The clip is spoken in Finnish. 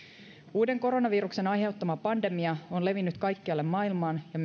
uuden koronaviruksen aiheuttama pandemia on levinnyt kaikkialle maailmaan ja